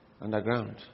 underground